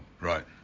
Right